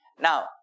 Now